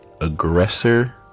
aggressor